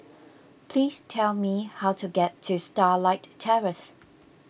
please tell me how to get to Starlight Terrace